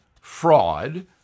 fraud